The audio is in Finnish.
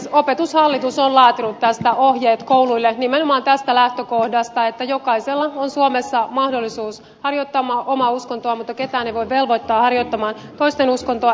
opetushallitus on laatinut tästä ohjeet kouluille nimenomaan tästä lähtökohdasta että jokaisella on suomessa mahdollisuus harjoittaa omaa uskontoaan mutta ketään ei voi velvoittaa harjoittamaan toisten uskontoa